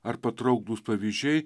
ar patrauklūs pavyzdžiai